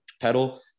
pedal